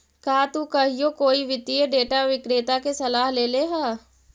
का तु कहियो कोई वित्तीय डेटा विक्रेता के सलाह लेले ह?